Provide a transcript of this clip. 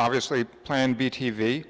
obviously plan b t v